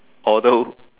although